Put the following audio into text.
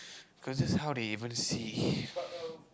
cause this is how they even see